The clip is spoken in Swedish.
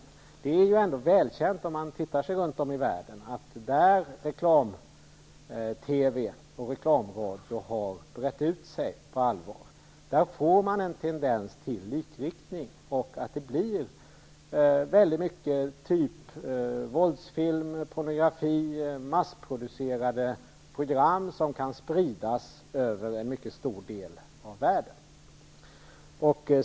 Om man tittar sig runt i världen finner man -- och det är också välkänt -- att där reklam-TV och reklamradio har brett ut sig på allvar, där får man en tendens till likriktning. Det blir mycket av typ våldsfilm, pornografi och massproducerade program, som kan spridas över en mycket stor del av världen.